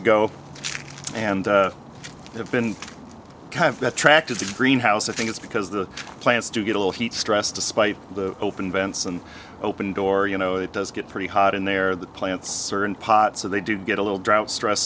ago and have been kind of the tract of the greenhouse i think it's because the plants do get a little heat stress despite the open vents and open door you know it does get pretty hot in there the plants are in pots so they do get a little drought stress